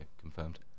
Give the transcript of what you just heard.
Confirmed